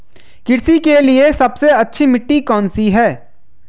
कृषि के लिए सबसे अच्छी मिट्टी कौन सी है?